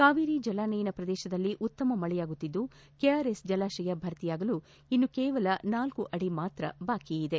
ಕಾವೇರಿ ಜಲಾನಯನ ಪ್ರದೇಶದಲ್ಲಿ ಉತ್ತಮ ಮಳೆಯಾಗುತ್ತಿದ್ದು ಕೆಆರ್ ಎಸ್ ಜಲಾಶಯ ಭರ್ತಿಯಾಗಲು ಇನ್ನೂ ಕೇವಲ ನಾಲ್ಕು ಅಡಿ ಮಾತ್ರ ಬಾಕಿ ಇದೆ